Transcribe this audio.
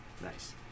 Nice